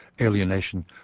alienation